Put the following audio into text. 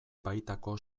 baitako